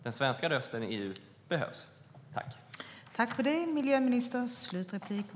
Den svenska rösten behövs i EU.